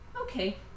Okay